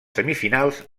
semifinals